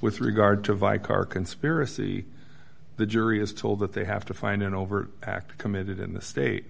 with regard to vi car conspiracy the jury is told that they have to find an overt act committed in the state